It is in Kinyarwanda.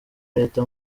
leta